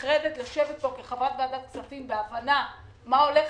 נחרדת לשבת פה כחברת ועדת הכספים בהבנה מה הולך